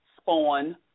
spawn